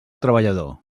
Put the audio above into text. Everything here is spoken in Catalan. treballador